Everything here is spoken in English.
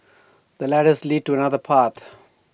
the ladders leads to another path